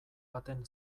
baten